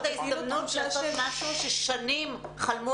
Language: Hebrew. זאת ההזדמנות לעשות משהו ששנים חלמו